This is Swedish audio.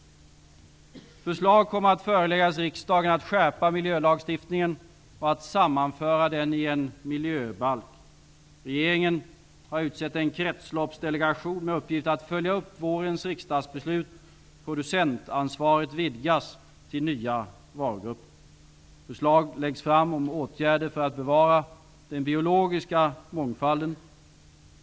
Förslag kommer att föreläggas riksdagen att skärpa miljölagstiftningen och att sammanföra den i en miljöbalk. Regeringen har utsett en kretsloppsdelegation med uppgift att följa upp vårens riksdagsbeslut. Producentansvaret vidgas till nya varugrupper. Förslag läggs fram om åtgärder för att bevara den biologiska mångfalden.